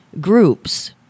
groups